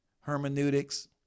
hermeneutics